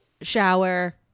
shower